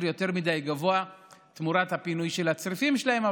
יותר מדי גבוה תמורת הפינוי של הצריפים שלהם.